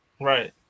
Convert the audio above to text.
right